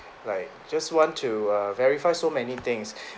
like just want to err verify so many things